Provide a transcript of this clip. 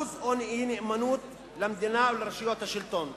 בוז או אי-נאמנות למדינה או לרשויות השלטון".